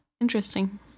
Interesting